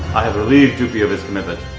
i have relieved doopey of his commitment.